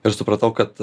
ir supratau kad